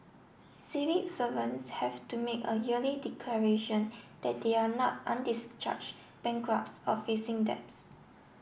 civic servants have to make a yearly declaration that they are not undischarged bankrupts or facing debts